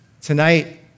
Tonight